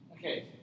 Okay